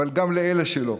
אבל גם לאלה שלא,